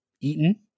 eaten